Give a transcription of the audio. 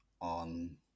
on